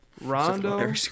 Rondo